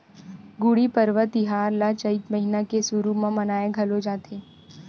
गुड़ी पड़वा तिहार ल चइत महिना के सुरू म मनाए घलोक जाथे